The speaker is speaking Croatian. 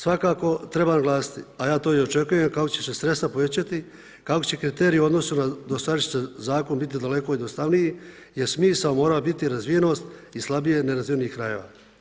Svakako treba naglasiti, a ja to i očekujem kako će se sredstva povećati, kako će kriteriji u odnosu na dosadašnji zakon biti daleko jednostavniji jer smisao mora biti razvijenost i slabije nerazvijenih krajeva.